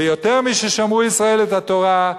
ויותר מששמרו ישראל את התורה,